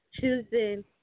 choosing